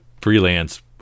freelance